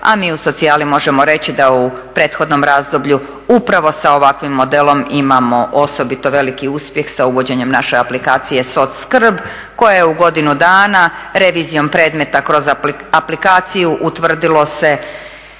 a mi u socijalni možemo reći da u prethodnom razdoblju upravo sa ovakvim modelom imamo osobito veliki uspjeh sa uvođenjem naše aplikacije soc skrb koja je u godinu dana revizijom predmeta kroz aplikaciju utvrdilo se